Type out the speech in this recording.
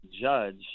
judge –